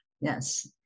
Yes